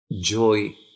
Joy